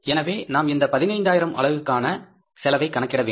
எனவே நாம் இந்த 15000 அலகுக்கான செலவை கணக்கிட வேண்டும்